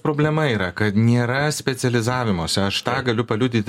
problema yra kad nėra specializavimosi aš tą galiu paliudyt